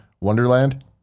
Wonderland